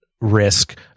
risk